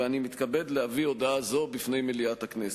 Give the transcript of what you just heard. ואני מתכבד להביא הודעה זו בפני מליאת הכנסת.